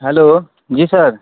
hello जी sir